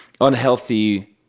unhealthy